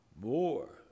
More